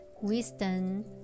wisdom